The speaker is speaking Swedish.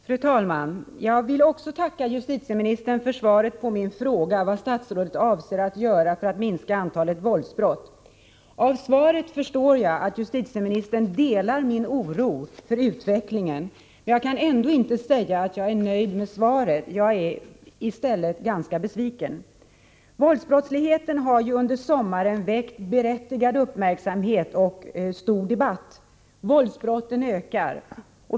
Fru talman! Jag vill också tacka justitieministern för svaret på min fråga om vad statsrådet avser att göra för att minska antalet våldsbrott. Av svaret förstår jag att justitieministern delar min oro för utvecklingen, men jag kan ändå inte säga att jag är nöjd med svaret — jag är i stället ganska besviken. Våldsbrottsligheten har ju under sommaren väckt berättigad uppmärksamhet och debatt. Våldsbrotten ökar.